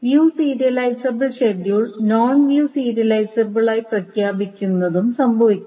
view serializable schedule non view serializable ആയി പ്രഖ്യാപിക്കുന്നതും സംഭവിക്കാം